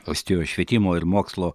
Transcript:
estijos švietimo ir mokslo